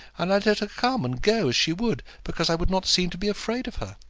and i let her come and go as she would, because i would not seem to be afraid of her.